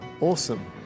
awesome